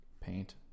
paint